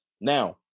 now